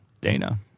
Dana